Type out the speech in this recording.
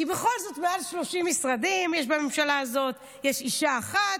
כי בכל זאת יש מעל 30 משרדים בממשלה הזאת ויש אישה אחת,